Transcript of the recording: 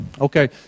Okay